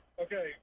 Okay